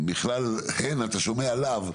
שבכלל אתה שומע עליו,